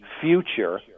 future